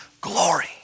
glory